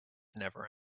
never